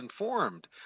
informed